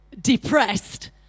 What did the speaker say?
depressed